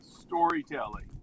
Storytelling